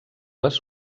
les